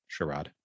Sherrod